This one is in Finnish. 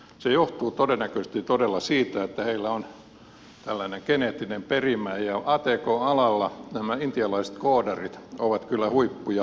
se johtuu todennäköisesti todella siitä että heillä on tällainen geneettinen perimä ja atk alalla nämä intialaiset koodarit ovat kyllä huippuja